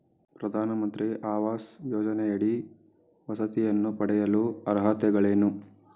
ಪ್ರಧಾನಮಂತ್ರಿ ಆವಾಸ್ ಯೋಜನೆಯಡಿ ವಸತಿಯನ್ನು ಪಡೆಯಲು ಅರ್ಹತೆಗಳೇನು?